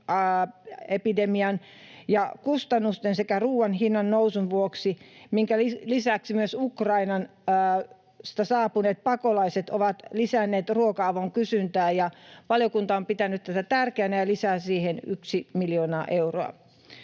koronaepidemian ja kustannusten sekä ruuan hinnan nousun vuoksi, minkä lisäksi myös Ukrainasta saapuneet pakolaiset ovat lisänneet ruoka-avun kysyntää. Valiokunta on pitänyt tätä tärkeänä ja lisää siihen miljoona euroa.